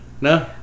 No